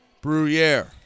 Bruyere